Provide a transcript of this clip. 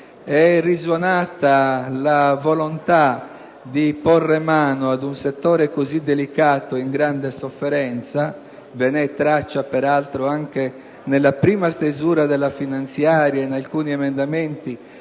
è risuonata la volontà di porre mano ad un settore così delicato e in grande sofferenza: ve ne è traccia, peraltro, anche nella prima stesura del disegno di legge finanziaria in alcuni emendamenti